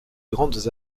grandes